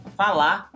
falar